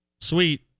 Sweet